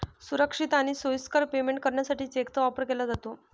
सुरक्षित आणि सोयीस्कर पेमेंट करण्यासाठी चेकचा वापर केला जातो